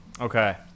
okay